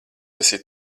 esi